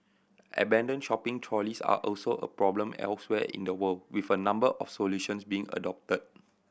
abandoned shopping trolleys are also a problem elsewhere in the world with a number of solutions being adopted